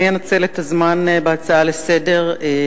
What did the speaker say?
אני אנצל את זמן ההצעה לסדר-היום